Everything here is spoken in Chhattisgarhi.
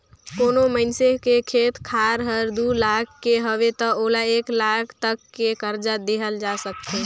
कोनो मइनसे के खेत खार हर दू लाख के हवे त ओला एक लाख तक के करजा देहल जा सकथे